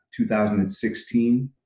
2016